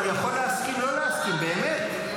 אני יכול להסכים, לא להסכים, באמת.